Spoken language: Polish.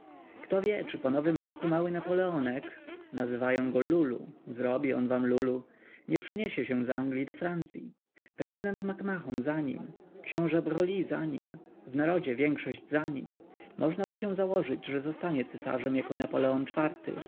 kto wie czy po nowym roku mały napoleonek nazywają go lulu zrobi on wam lulu nie przeniesie się z anglii do francyi prezydent mac-mahon za nim ks broglie za nim w narodzie większość za nim możnaby się założyć że zostanie cesarzem jako napoleon iv-ty